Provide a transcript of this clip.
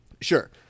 Sure